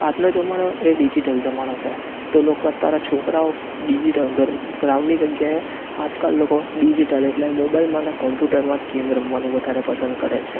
આજનો જમાનો એ ડિઝિટલ જમાનો છે તો લોક અતારે છોકરાઓ ડિઝિટલ ગ્રાઉન્ડની જગ્યાએ આજકાલ લોકો ડિઝિટલ એટલે મોબાઈલમાંને કોંપ્યુટરમાં ગેમ રમવાનું વધારે પસંદ કરે છે